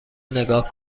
نگاه